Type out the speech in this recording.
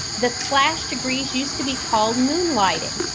the slash degrees used to be called moonlighting.